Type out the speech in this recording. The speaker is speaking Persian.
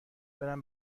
برم